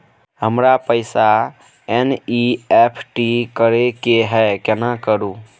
हमरा पैसा एन.ई.एफ.टी करे के है केना करू?